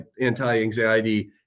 anti-anxiety